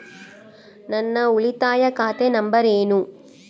ನನ್ನ ಉಳಿತಾಯ ಖಾತೆ ನಂಬರ್ ಏನು?